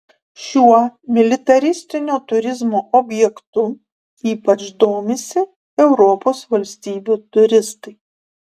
šiuo militaristinio turizmo objektu ypač domisi europos valstybių turistai